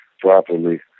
properly